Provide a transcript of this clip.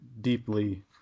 deeply